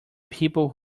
people